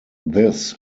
this